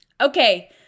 Okay